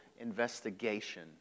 investigation